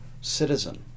citizen